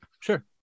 Sure